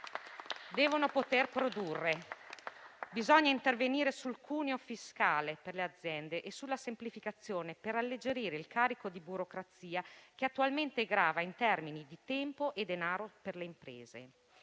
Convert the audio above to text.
devono poter produrre. Occorre intervenire sul cuneo fiscale per le aziende e sulla semplificazione per alleggerire il carico di burocrazia che attualmente grava in termini di tempo e denaro per le imprese.